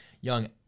young